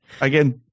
again